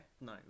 No